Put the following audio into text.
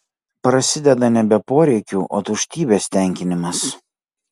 prasideda nebe poreikių o tuštybės tenkinimas